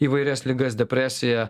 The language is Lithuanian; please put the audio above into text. įvairias ligas depresiją